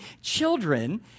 children